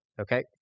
Okay